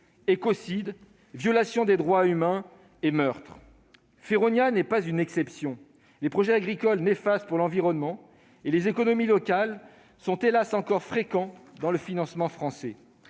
écocides, des violations des droits humains et même des meurtres ... Feronia n'est pas une exception ; les projets agricoles néfastes pour l'environnement et les économies locales sont, hélas, encore fréquents dans les financements français.